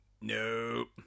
Nope